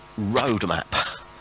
roadmap